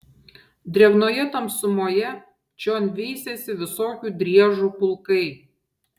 drėgnoje tamsumoje čion veisėsi visokių driežų pulkai